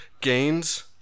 gains